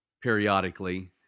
periodically